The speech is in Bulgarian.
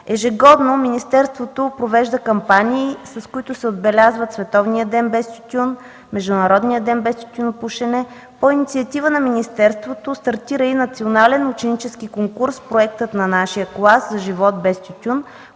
Ежегодно министерството провежда кампании, с които се отбелязват Световният ден без тютюн, Международният ден без тютюнопушене. По инициатива на министерството стартира и Национален ученически конкурс „Проектът на нашия клас за живот без тютюн”,